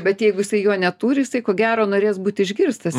bet jeigu jisai jo neturi jisai ko gero norės būt išgirstas